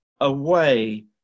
away